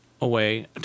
away